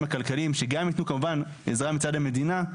הכלכליים שגם יתנו כמובן עזרה מצד המדינה,